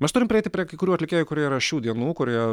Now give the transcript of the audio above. mes turim prieiti prie kai kurių atlikėjų kurie yra šių dienų kurie